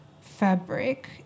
fabric